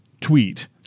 tweet